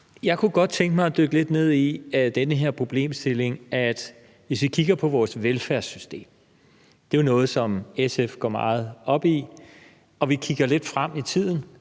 Jeg kunne godt tænke mig at dykke lidt ned i følgende problemstilling. Hvis vi kigger på vores velfærdssystem – det er jo noget, SF går meget op i – og vi kigger lidt frem i tiden,